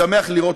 משמח לראות,